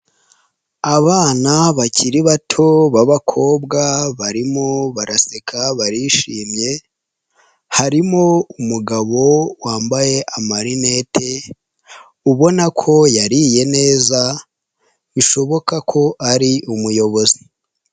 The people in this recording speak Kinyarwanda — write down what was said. Abana bakiri bato b'abakobwa, barimo baraseka barishimye, harimo umugabo wambaye amarinete, ubona ko yariye neza, bishoboka ko ari umuyobozi.